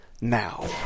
now